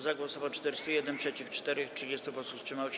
Za głosowało 401, przeciw - 4, 30 posłów wstrzymało się.